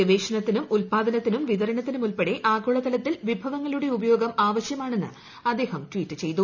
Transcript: ഗവേഷണത്തിനും ഉത്പാദനത്തിനും വിതരണത്തിനും ഉൾപ്പെടെ ആഗോളതലത്തിൽ വിഭവങ്ങളുടെ ഉപയോഗം ആവശ്യമാണെന്ന് അദ്ദേഹം ട്വീറ്റ് ചെയ്തു